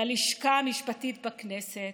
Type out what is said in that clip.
ללשכה המשפטית בכנסת,